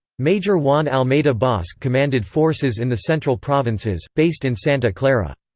major juan almeida bosque commanded forces in the central provinces, based in santa clara.